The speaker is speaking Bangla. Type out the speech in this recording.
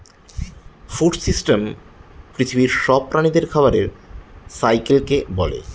ফুড সিস্টেম পৃথিবীর সব প্রাণীদের খাবারের সাইকেলকে বলে